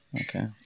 okay